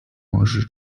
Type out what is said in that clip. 王室